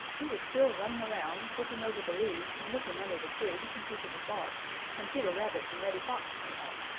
he was still running around, poking over the leaves and looking under the twigs and pieces of bark when peter rabbit and reddy fox came up.